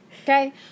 Okay